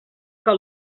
que